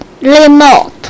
Remote